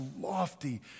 lofty